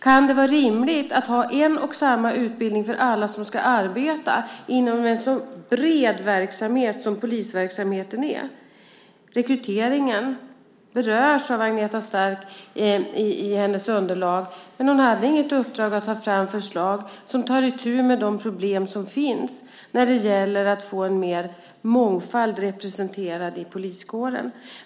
Kan det vara rimligt att ha en och samma utbildning för alla som ska arbeta inom en så bred verksamhet som polisverksamheten är? Rekryteringen berörs av Agneta Stark i underlaget, men hon hade inget uppdrag att ta fram förslag för att ta itu med de problem som finns när det gäller att få en större mångfald representerad i poliskåren.